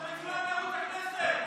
אתה מצולם בערוץ הכנסת,